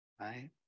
right